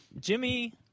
Jimmy